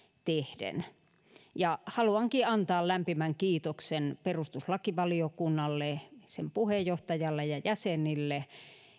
tehden haluankin antaa lämpimän kiitoksen perustuslakivaliokunnalle sen puheenjohtajalle ja jäsenille